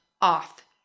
off